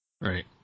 right